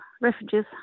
refugees